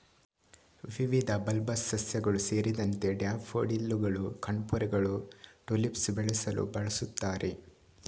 ವಿವಿಧ ಬಲ್ಬಸ್ ಸಸ್ಯಗಳು ಸೇರಿದಂತೆ ಡ್ಯಾಫೋಡಿಲ್ಲುಗಳು, ಕಣ್ಪೊರೆಗಳು, ಟುಲಿಪ್ಸ್ ಬೆಳೆಸಲು ಬಳಸುತ್ತಾರೆ